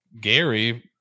Gary